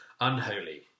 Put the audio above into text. unholy